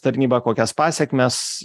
tarnybą kokias pasekmes